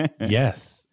Yes